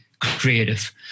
creative